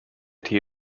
tee